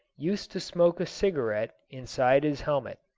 used to smoke a cigarette inside his helmet.